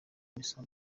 misa